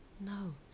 No